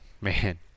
Man